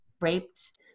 raped